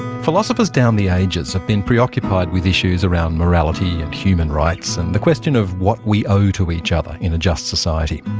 philosophers down the ages have been preoccupied with issues around morality and human rights, and the question of what we owe to each other in a just society.